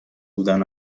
بودن